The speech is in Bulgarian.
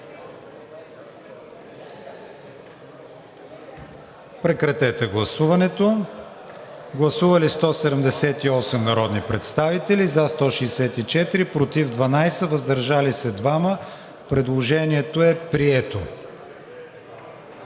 Прегласуваме. Гласували 186 народни представители: за 163, против 22, въздържал се 1. Предложението е прието.